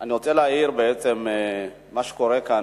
אני רוצה להעיר שמה שקורה כאן,